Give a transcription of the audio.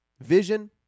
vision